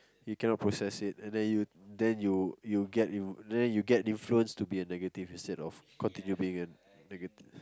you cannot process it and then you then you you get you then you get influenced to be a negative instead of continue being a negative